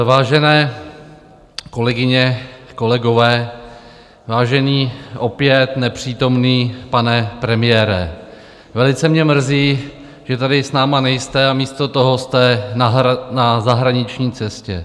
Vážené kolegyně, kolegové, vážený opět nepřítomný pane premiére, velice mě mrzí, že tady s námi nejste, a místo toho jste na zahraniční cestě.